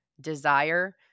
desire